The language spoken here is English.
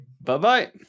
Bye-bye